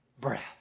breath